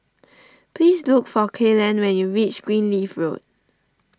please look for Kalen when you reach Greenleaf Road